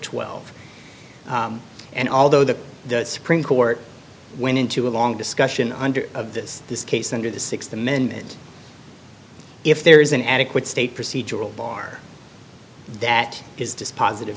twelve and although the supreme court went into a long discussion under of this this case under the th amendment if there is an adequate state procedural bar that is dispositive